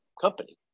company